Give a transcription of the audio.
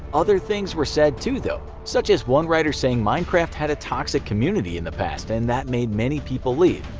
other things were said, too, though, such as one writer saying minecraft had a toxic community in the past and that made many people leave.